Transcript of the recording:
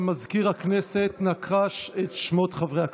מזכיר הכנסת, אנא קרא בשמות חברי הכנסת.